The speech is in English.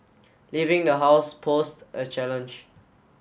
leaving the house posed a challenge